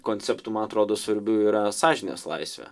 konceptų man atrodo svarbių yra sąžinės laisvė